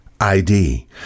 ID